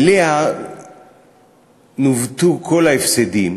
אליה נווטו כל ההפסדים